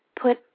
put